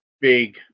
big